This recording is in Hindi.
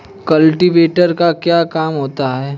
कल्टीवेटर का क्या काम होता है?